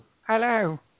Hello